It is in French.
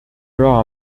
alors